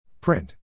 Print